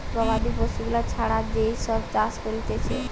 গবাদি পশু গুলা ছাড়া যেই সব চাষ করা হতিছে